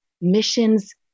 missions